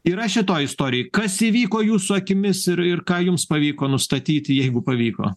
yra šitoj istorijoj kas įvyko jūsų akimis ir ir ką jums pavyko nustatyti jeigu pavyko